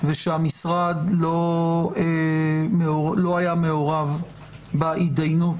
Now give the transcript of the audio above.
ושהמשרד לא היה מעורב בהתדיינות.